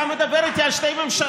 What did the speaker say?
אבל אתה מדבר איתי על שתי ממשלות,